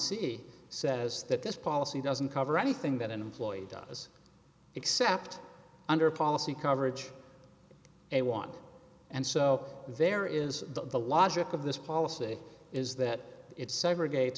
c says that this policy doesn't cover anything that an employee does except under policy coverage they want and so there is the logic of this policy is that it segregate